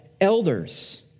elders